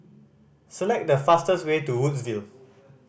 select the fastest way to Woodsville